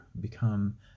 become